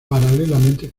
paralelamente